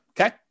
okay